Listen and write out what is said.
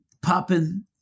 Popping